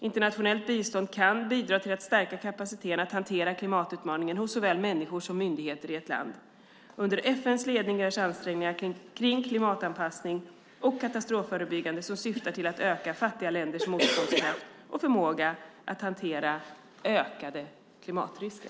Internationellt bistånd kan bidra till att stärka kapaciteten att hantera klimatutmaningen hos såväl människor som myndigheter i ett land. Under FN:s ledning görs ansträngningar kring klimatanpassning och katastrofförebyggande som syftar till att öka fattiga länders motståndskraft och förmåga att hantera ökade klimatrisker.